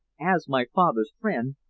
as my father's friend,